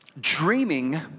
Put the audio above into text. dreaming